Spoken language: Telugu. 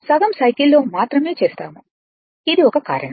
సగం సైకిల్లో మాత్రమే చేస్తాము ఇది ఒక కారణం